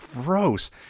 gross